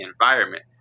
environment